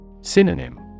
Synonym